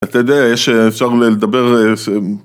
אתה יודע, יש... אפשר לדבר, ש...